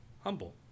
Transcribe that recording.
humble